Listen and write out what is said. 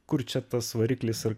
kur čia tas variklis ir